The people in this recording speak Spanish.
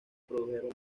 produjeron